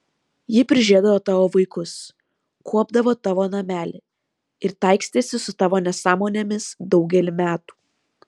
ji prižiūrėdavo tavo vaikus kuopdavo tavo namelį ir taikstėsi su tavo nesąmonėmis daugelį metų